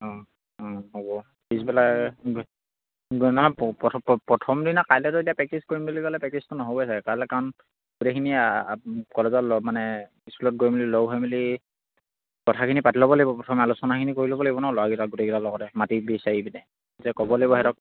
অঁ অঁ হ'ব পিছবেলা প্ৰথম দিনা কাইলৈ যেতিয়া প্ৰেক্টিছ কৰিম বুলি ক'লে প্ৰেক্টিছটো নহ'বই আছে কাইলৈ কাৰণ গোটেইখিনি কলেজত মানে স্কুলত গৈ মেলি লগ হৈ মেলি কথাখিনি পাতি ল'ব লাগিব প্ৰথমে আলোচনাখিনি কৰি লাগিব নহ ল'ৰাকেইটা গোটেইকেইটা লগতে মাতি বিচাৰি পিনে যে ক'ব লাগিব সিহঁতক